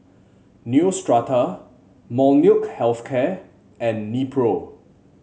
Neostrata Molnylcke Health Care and Nepro